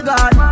God